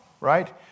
right